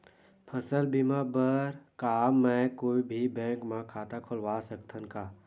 फसल बीमा बर का मैं कोई भी बैंक म खाता खोलवा सकथन का?